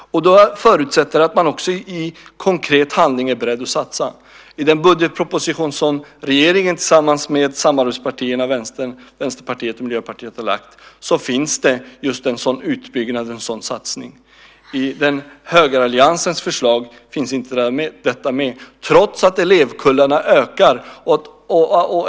Det förutsätter att man också är beredd att satsa i konkret handling. I den budgetproposition som regeringen tillsammans med samarbetspartierna Vänsterpartiet och Miljöpartiet har lagt fram finns just en satsning på en sådan utbyggnad. I högeralliansens förslag finns inte någon sådan med, trots att elevkullarna ökar.